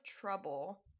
trouble